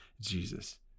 Jesus